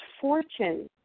fortune